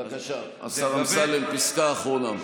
בבקשה, השר אמסלם, פסקה אחרונה.